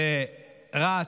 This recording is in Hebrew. זה רץ.